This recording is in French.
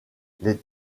les